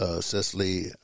Cecily